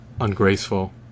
ungraceful